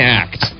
act